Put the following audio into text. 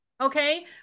okay